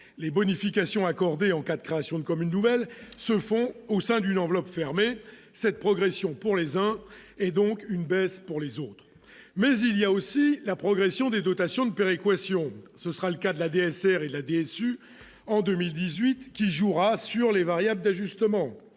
les bonifications accordées en cas de création de communes nouvelles se font au sein d'une enveloppe fermée cette progression pour les uns, et donc une baisse pour les autres, mais il y a aussi la progression des dotations de péréquation, ce sera le cas de la DSR et la DSU en 2018 qui jouera sur les variables d'ajustement